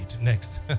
Next